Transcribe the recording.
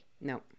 No